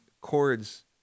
chords